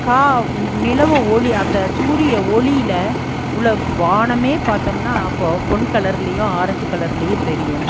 கா நிலவு ஒளி அந்த சூரிய ஒளியில் உளம் வானமே பார்த்தம்னா அப்போ பொன் கலர்லையும் ஆரேஞ்சு கலர்லையும் தெரியும்